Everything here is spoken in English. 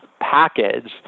package